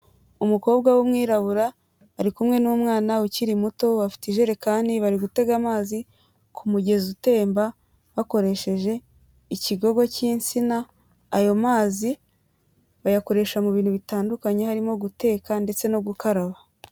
Umukobwa w'umwirabura ari kumwe n'umwana ukiri muto, bafite ijerekani bari gutega amazi ku mugezi utemba bakoresheje ikigogo cy'insina, ayo mazi bayakoresha mu bintu bitandukanye harimo guteka ndetse no gukaraba.